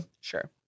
Sure